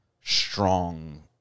strong